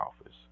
office